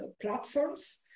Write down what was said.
platforms